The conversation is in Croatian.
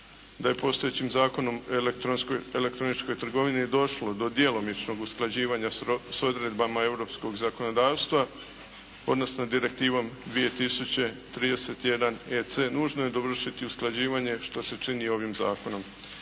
da je postojećim Zakonom o elektroničkoj trgovini došlo do djelomičnog usklađivanja s odredbama europskog zakonodavstva odnosno Direktivom 2031 EC nužno je dovršiti usklađivanje što se čini ovim zakonom.